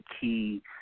key